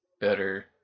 better